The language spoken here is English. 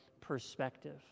perspective